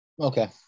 Okay